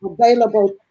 available